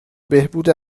بهبود